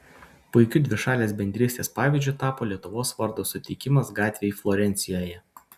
puikiu dvišalės bendrystės pavyzdžiu tapo lietuvos vardo suteikimas gatvei florencijoje